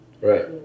Right